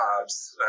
jobs